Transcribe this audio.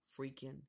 freaking